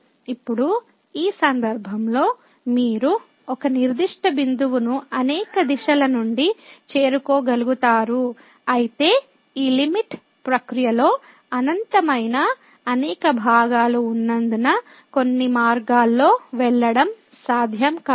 కానీ ఇప్పుడు ఈ సందర్భంలో మీరు ఒక నిర్దిష్ట బిందువును అనేక దిశల నుండి చేరుకోగలుగుతారు అయితే ఈ లిమిట్ ప్రక్రియలో అనంతమైన అనేక భాగాలు ఉన్నందున కొన్ని మార్గాల్లో వెళ్ళడం సాధ్యం కాదు